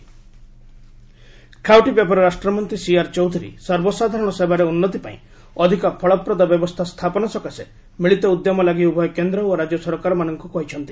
national e governance ଖାଉଟି ବ୍ୟାପାର ରାଷ୍ଟ୍ରମନ୍ତ୍ରୀ ସିଆର୍ ଚୌଧ୍ରରୀ ସର୍ବସାଧାରଣ ସେବାରେ ଉନ୍ନତିପାଇଁ ଅଧିକ ଫଳପ୍ରଦ ବ୍ୟବସ୍ଥା ସ୍ଥାପନ ସକାଶେ ମିଳିତ ଉଦ୍ୟମ ଲାଗି ଉଭୟ କେନ୍ଦ୍ ଓ ରାଜ୍ୟ ସରକାରମାନଙ୍କ କହିଛନ୍ତି